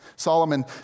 Solomon